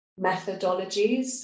methodologies